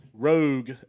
Rogue